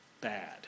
bad